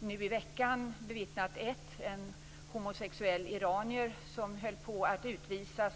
nu i veckan bevittnat ett. En homosexuell iranier höll på att utvisas.